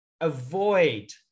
avoid